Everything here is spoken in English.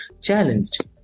challenged